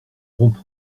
rond